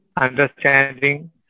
understanding